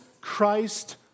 Christ